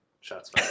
Shots